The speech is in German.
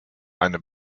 eine